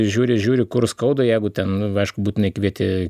žiūri žiūri kur skauda jeigu ten nu vežk būtinai kvieti